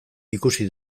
ikusi